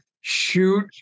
shoot